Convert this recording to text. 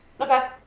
Okay